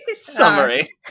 Summary